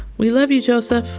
we love you, joseph